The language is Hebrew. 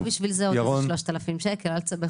היא צריכה בשביל זה עוד איזה 3,000 שקל אל תסבך